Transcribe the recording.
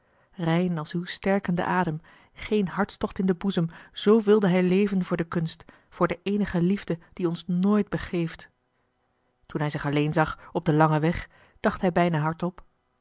rein als uw sterkende adem geen hartstocht in den boezem z wilde hij leven voor de kunst voor de eenige liefde die ons nooit begeeft toen hij zich alleen zag op den langen weg dacht hij bijna hardop